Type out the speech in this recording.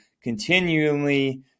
continually